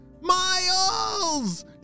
Miles